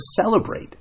celebrate